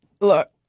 Look